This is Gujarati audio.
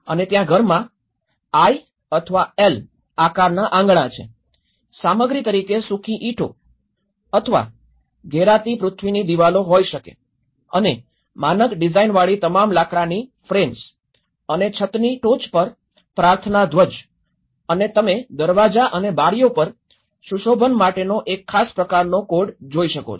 અને ત્યાં ઘરમાં આઈ અથવા એલ આકારના આંગણા છે સામગ્રી તરીકે સૂકી ઇંટો અથવા ઘેરાતી પૃથ્વીની દિવાલો હોઈ શકે અને માનક ડિઝાઇનવાળી તમામ લાકડાની ફ્રેમ્સ અને છતની ટોચ પર પ્રાર્થના ધ્વજ અને તમે દરવાજા અને બારિયો પર સુશોભન માટેનો એક ખાસ પ્રકારનો કોડ જોઈ શકો છો